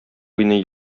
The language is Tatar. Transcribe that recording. уйный